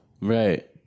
Right